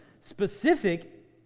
specific